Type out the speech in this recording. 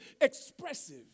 expressive